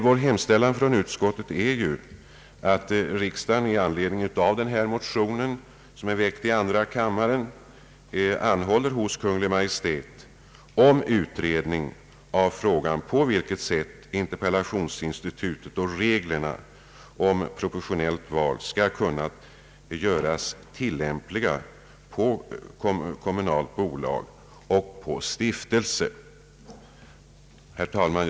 Vår hemställan från utskottet är att riksdagen med anledning av denna motion, vilken är väckt i andra kammaren, anhåller hos Kungl. Maj:t om utredning av frågan på vilket sätt interpellationsinstitutet och reglerna om proportionellt val skall göras tillämpliga på kommunala bolag och på stiftelse. Herr talman!